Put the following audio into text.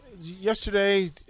yesterday